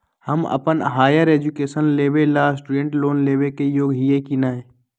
हम अप्पन higher education लेबे ला स्टूडेंट लोन लेबे के योग्य हियै की नय?